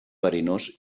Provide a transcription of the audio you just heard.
verinós